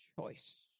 choice